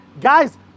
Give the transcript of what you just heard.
guys